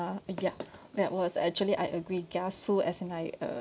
ya that was actually I agree kiasu as in I